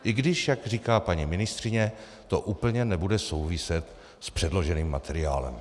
I když, jak říká paní ministryně, to úplně nebude souviset s předloženým materiálem.